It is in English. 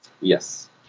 Yes